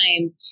time